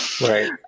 Right